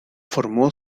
formó